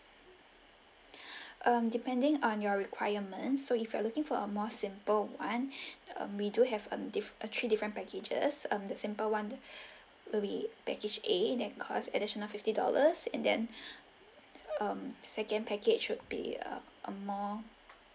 um depending on your requirements so if you are looking for a more simple one um we do have um diff~ uh three different packages um the simple one will be package A that cost additional fifty dollars and then um second package would be a a more